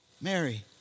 Mary